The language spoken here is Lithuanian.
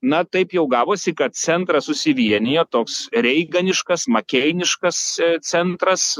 na taip jau gavosi kad centras susivienijo toks reiganiškas makeiniškas centras